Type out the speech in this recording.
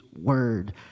word